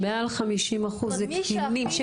וואו מעל 50 אחוז שפנו?